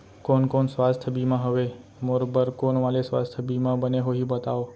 कोन कोन स्वास्थ्य बीमा हवे, मोर बर कोन वाले स्वास्थ बीमा बने होही बताव?